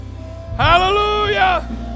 Hallelujah